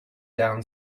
down